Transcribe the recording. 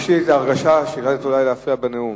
יש לי איזו הרגשה שאולי החלטת להפריע בנאום.